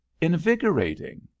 invigorating